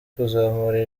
kuzamura